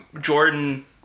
Jordan